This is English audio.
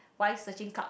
wife searching club